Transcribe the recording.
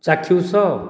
ଚାକ୍ଷୁଷ